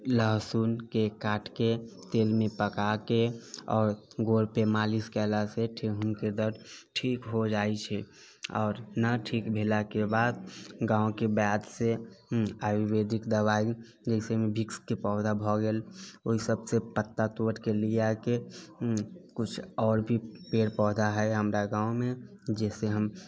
लहसुनके काटके तेल मे पकाके आओर गोर पे मालिश केला से ठेहुन के दर्द ठीक हो जाइ छै आओर ना ठीक भेला के बाद गाँव के वैद्य से आयुर्वेदिक दबाई जैसे मे विक्स के पौधा भऽ गेल ओहि सबसे पत्ता तोरि के ले आके कुछ आओर भी पेड़ पौधा है हमरा गाँव मे जैसे हम